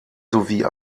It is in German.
sowie